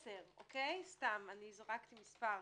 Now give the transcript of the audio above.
סתם זרקתי מספר,